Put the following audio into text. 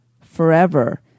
forever